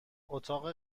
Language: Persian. اتاق